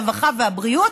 הרווחה והבריאות.